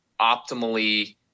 optimally